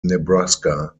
nebraska